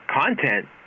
content